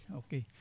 okay